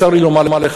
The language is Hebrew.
צר לי לומר לך,